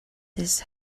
this